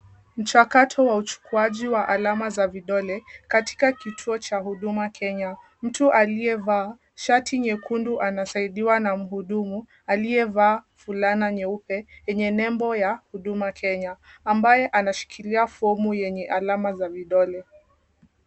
Mchakato wa uchukuaji wa alama za vidole katika kituo cha Huduma Kenya. Mtu aliyevaa shati nyekundu anasaidiwa na mhudumu aliyevaa fulana nyeupe yenye nembo ya Huduma Kenya, ambaye anashikilia fomu yenye alama za vidole.